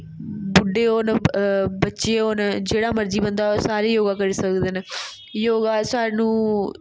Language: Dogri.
बुड्ढे होन बच्चें होन जेह्ड़ा मर्जी बंदा योगा करी सकदे न योगा सानू